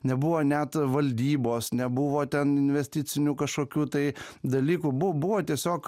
nebuvo net valdybos nebuvo ten investicinių kažkokių tai dalykų bu buvo tiesiog